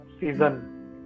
season